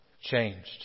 changed